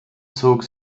zog